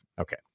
Okay